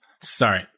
sorry